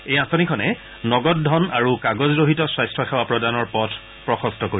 এই আঁচনিখনে নগদ ধন আৰু কাগজৰহিত স্বাস্থ্যসেৱা প্ৰদানৰ পথ প্ৰশস্ত কৰিব